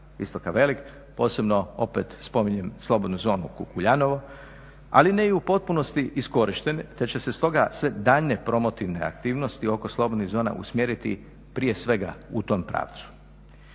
Istoka velik. Posebno opet spominjem slobodnu zonu Kukuljanovo, ali ne i u potpunosti iskorištene te će se stoga sve daljnje promotivne aktivnosti oko slobodnih zona usmjeriti prije svega u tom pravcu.